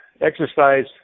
exercise